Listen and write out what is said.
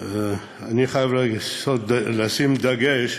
אני חייב לשים דגש,